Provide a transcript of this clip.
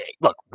look